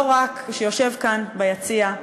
שיושב כאן ביציע,